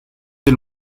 del